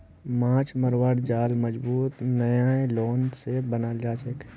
माछ मरवार जाल मजबूत नायलॉन स बनाल जाछेक